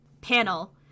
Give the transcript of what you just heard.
panel